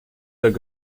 their